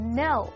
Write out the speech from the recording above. no